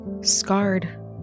scarred